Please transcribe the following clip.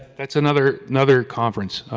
that's another another conference.